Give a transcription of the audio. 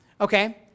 Okay